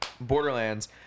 Borderlands